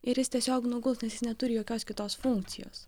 ir jis tiesiog nuguls nes jis neturi jokios kitos funkcijos